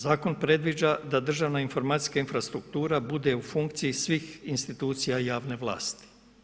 Zakon predviđa da državna informacijska infrastruktura bude u funkciji svih institucija javne vlasti.